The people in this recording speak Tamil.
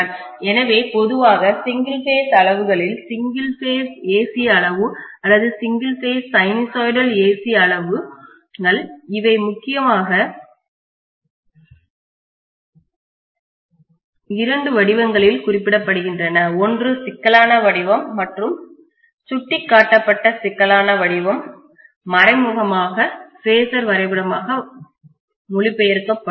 எனவே பொதுவாக சிங்கிள் பேஸ் அளவுகளில் சிங்கிள் பேஸ் AC அளவு அல்லது சிங்கிள் பேஸ் சைனூசாய்டல் AC அளவுகள் இவை முக்கியமாக இரண்டு வடிவங்களில் குறிப்பிடப்படுகின்றன ஒன்று சிக்கலான வடிவம் மற்றும் சுட்டிக்காட்டப்பட்ட சிக்கலான வடிவம் மறைமுகமாக பேஸர் வரைபடமாக மொழிபெயர்க்கப்படுகிறது